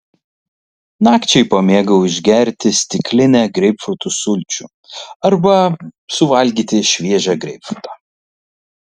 nakčiai pamėgau išgerti stiklinę greipfrutų sulčių arba suvalgyti šviežią greipfrutą